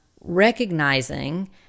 Recognizing